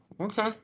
Okay